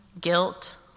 guilt